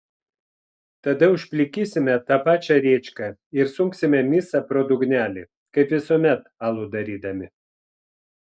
tada užplikysime tą pačią rėčką ir sunksime misą pro dugnelį kaip visuomet alų darydami